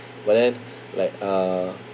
but then like uh